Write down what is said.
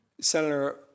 Senator